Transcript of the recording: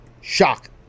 Shock